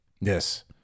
Yes